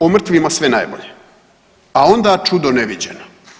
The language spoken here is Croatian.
O mrtvima sve najbolje, a onda čudo neviđeno.